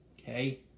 Okay